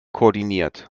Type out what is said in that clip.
koordiniert